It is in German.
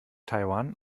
taiwan